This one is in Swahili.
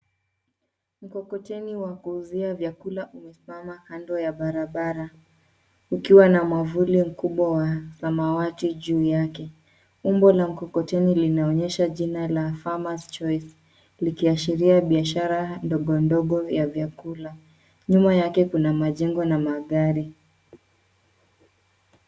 Mkokoteni wa kuuzia vyakula umesimama kando ya barabara, ukiwa na mwavuli mkubwa wa samawati juu yake. Umbo la mkokoteni linaonyesha jina la famers choice , likiashiria biashara ndogo ndogo ya vyakula. Nyuma yake kuna majengo na magari.